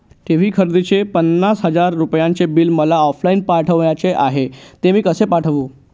TV खरेदीचे पन्नास हजार रुपयांचे बिल मला ऑफलाईन पाठवायचे आहे, ते मी कसे पाठवू?